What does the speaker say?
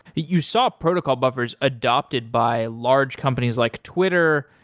you saw protocol buffers adopted by large companies like twitter,